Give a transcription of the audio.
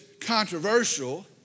controversial